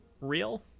real